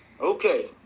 okay